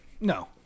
no